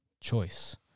choice